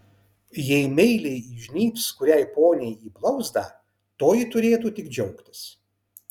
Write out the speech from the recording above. jei meiliai įžnybs kuriai poniai į blauzdą toji turėtų tik džiaugtis